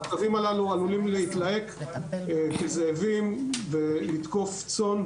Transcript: הכלבים הללו עלולים להתלהק כזאבים ולתקוף צאן,